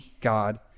God